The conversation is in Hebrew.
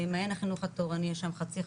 מעיין החינוך התורני יש שם חצי,